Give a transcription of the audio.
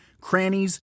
crannies